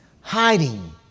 hiding